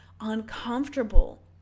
uncomfortable